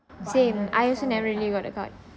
same I also never really got the card